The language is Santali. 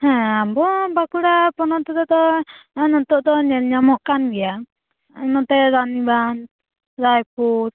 ᱦᱮᱸ ᱟᱵᱚ ᱵᱟᱸᱠᱩᱲᱟ ᱦᱚᱱᱚᱛ ᱨᱮᱫᱚ ᱱᱤᱛᱳᱜ ᱫᱚ ᱧᱮᱞ ᱧᱟᱢᱚᱜ ᱠᱟᱱᱜᱮᱭᱟ ᱱᱚᱛᱮ ᱨᱟᱱᱤᱵᱟᱱ ᱞᱟᱭᱯᱩᱨ